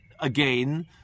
again